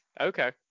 okay